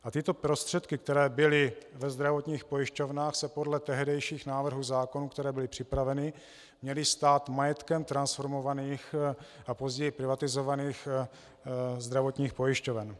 A tyto prostředky, které byly ve zdravotních pojišťovnách, se podle tehdejších návrhů zákonů, které byly připraveny, měly stát majetkem transformovaných a později privatizovaných zdravotních pojišťoven.